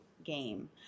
game